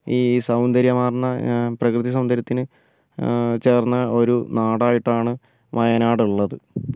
ഈ സൗന്ദര്യമാർന്ന ഏ പ്രകൃതി സൗന്ദര്യത്തിന് ചേർന്ന ഒരു നാടായിട്ടാണ് വയനാട് ഉള്ളത്